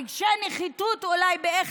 רגשי נחיתות אולי,